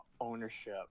ownership